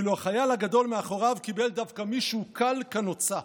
ואילו החייל הגדול מאחוריו קיבל דווקא מישהו קל כנוצה.